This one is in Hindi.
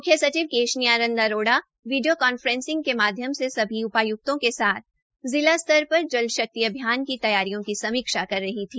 मुख्य सचिव केशनी आंनद अरोड़ा विडियो कॉन्फ्रेंसिंग के माध्यम से सभी उपायुक्तों के साथ जिला स्तर पर जल शक्ति अभियान की तैयारियों की समीक्षा कर रही थी